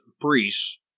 priests